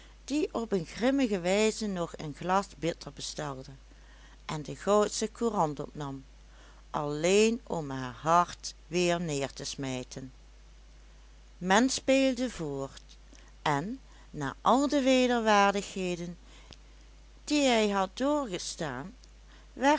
die op een grimmige wijze nog een glas bitter bestelde en de goudsche courant opnam alleen om haar hard weer neer te smijten men speelde voort en na al de wederwaardigheden die hij had doorgestaan